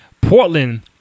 Portland